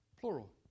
plural